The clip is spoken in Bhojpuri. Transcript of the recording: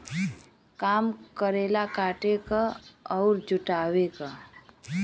काम करेला काटे क अउर जुटावे क